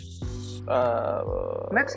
Mexico